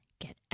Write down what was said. get